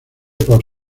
por